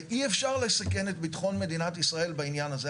ואי אפשר לסכן את ביטחון מדינת ישראל בעניין הזה.